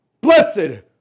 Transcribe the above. blessed